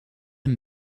een